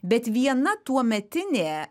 bet viena tuometinė